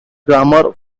grammar